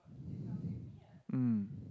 mm